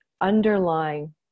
underlying